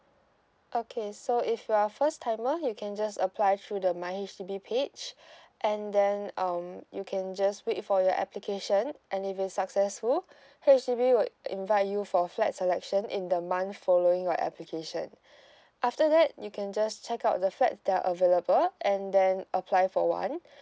okay so if you're a first timer you can just apply through the my H_D_B page and then um you can just wait for your application and if you're successful H_D_B would invite you for a flat selection in the month following your application after that you can just check out the flats that are available and then apply for one